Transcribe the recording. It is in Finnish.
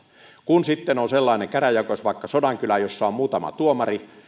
kun sitten on sellainen käräjäoikeus vaikka sodankylä jossa on muutama tuomari